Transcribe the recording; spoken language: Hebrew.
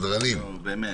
נו, באמת.